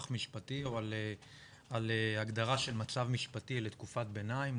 משפטי או על הגדרה של מצב משפטי לתקופת ביניים,